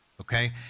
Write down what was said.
Okay